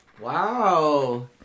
Wow